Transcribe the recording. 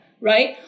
right